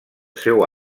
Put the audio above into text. seu